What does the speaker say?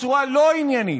בצורה לא עניינית,